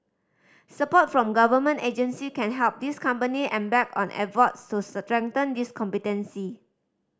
support from government agency can help these company embark on efforts to strengthen these competency